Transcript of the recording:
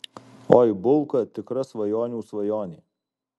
oi bulka tikra svajonių svajonė